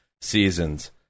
season's